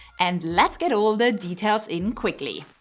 and let's get all the details in quickly.